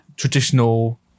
traditional